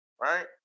right